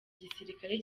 gisirikare